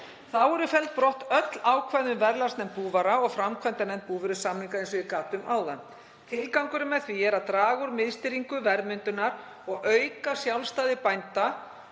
Þá eru felld brott öll ákvæði um verðlagsnefnd búvara og framkvæmdanefnd búvörusamninga, eins og ég gat um áðan. Tilgangurinn með því er að draga úr miðstýringu verðmyndunar og auka sjálfstæði bænda